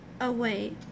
away